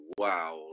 wow